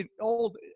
old